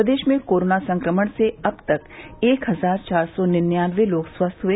प्रदेश में कोरोना संक्रमण से अब तक एक हजार चार सौ निन्यानबे लोग स्वस्थ हुए